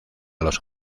los